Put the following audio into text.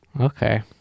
Okay